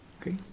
Okay